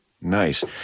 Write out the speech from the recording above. Nice